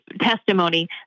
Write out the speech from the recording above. testimony